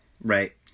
right